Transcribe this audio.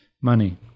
money